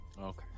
okay